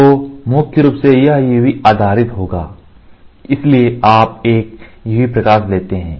तो मुख्य रूप से यह UV आधारित होगा इसलिए आप एक UV प्रकाश लेते हैं